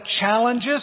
challenges